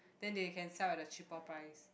then they can sell at the cheaper price